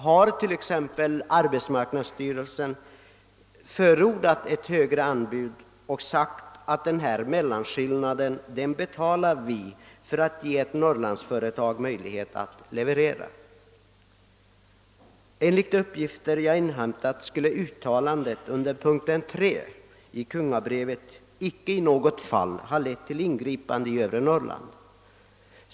Har t.ex. arbetsmarknadsstyrelsen i något fall förordat ett högre anbud och uttalat att man skall betala mellanskillnaden för att ge ett Norrlandsföretag möjlighet till leveranser? Enligt uppgifter som jag inhämtat skulle uttalandet under den tredje punkten i kungabrevet icke i något fall ha lett till ingripande för företag i övre Norrland.